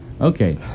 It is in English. Okay